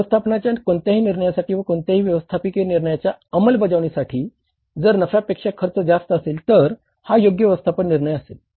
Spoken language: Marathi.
व्यवस्थापनाच्या कोणत्याही निर्णयासाठी व कोणत्याही व्यवस्थापकीय निर्णयाच्या अंमलबजावणीसाठी जर नफ्या पेक्षा खर्च जास्त असेल तर हा योग्य व्यवस्थापन निर्णय नसेल